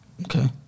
Okay